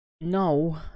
no